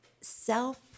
self